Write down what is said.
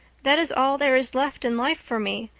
that is all there is left in life for me,